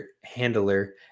handler